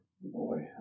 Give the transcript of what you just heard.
boy